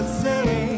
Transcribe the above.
say